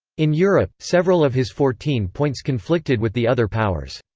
in europe, several of his fourteen points conflicted with the other powers.